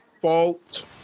fault